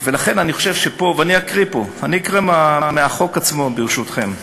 אני אקרא מהחוק עצמו, ברשותכם.